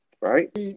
right